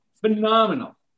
Phenomenal